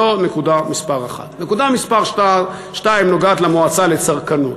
זאת נקודה מס' 1. נקודה מס' 2 נוגעת למועצה לצרכנות.